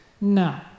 no